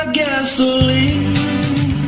gasoline